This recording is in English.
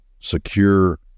secure